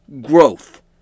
growth